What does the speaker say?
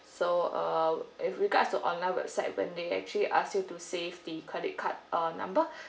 so uh with regards to online website when they actually ask you to save the credit card uh number